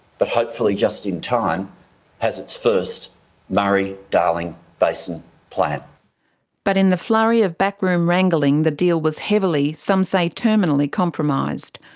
but hopefully just in time has its first murray-darling basin planjo chandler but in the flurry of backroom wrangling the deal was heavily, some say terminally, compromised.